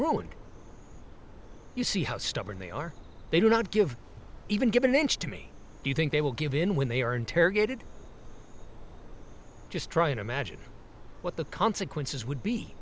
ruined you see how stubborn they are they will not give even give an inch to me do you think they will give in when they are interrogated just try and imagine what the consequences would be